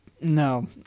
No